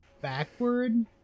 backward